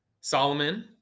Solomon